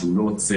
שהוא לא עוצר,